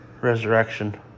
Resurrection